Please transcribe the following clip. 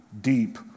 deep